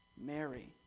Mary